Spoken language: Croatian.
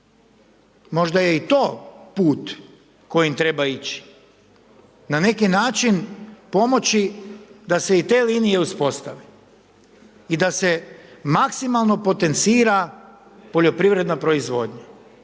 Možda je i to put kojim treba ići. Na neki način pomoći da se i te linije uspostave i da se maksimalno potencira poljoprivredna proizvodnja.